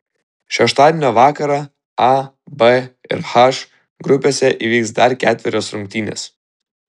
šeštadienio vakarą a b ir h grupėse įvyks dar ketverios rungtynės